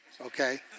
okay